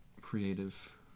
creative